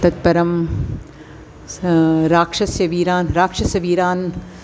ततः परं सः राक्षसवीरान् राक्षसवीरान्